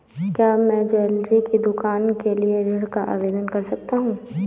क्या मैं ज्वैलरी की दुकान के लिए ऋण का आवेदन कर सकता हूँ?